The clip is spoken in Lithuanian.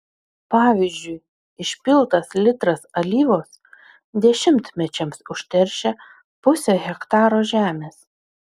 pavyzdžiui išpiltas litras alyvos dešimtmečiams užteršia pusę hektaro žemės